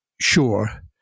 sure